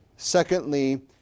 Secondly